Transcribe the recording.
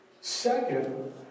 Second